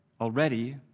already